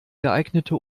geeignete